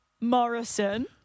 Morrison